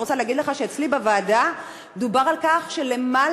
אני רוצה להגיד לך שאצלי בוועדה דובר על כך שלמעלה,